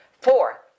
Four